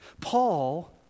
Paul